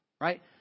right